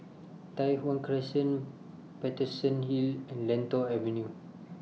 Tai Hwan Crescent Paterson Hill and Lentor Avenue